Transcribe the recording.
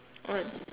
what